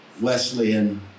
Wesleyan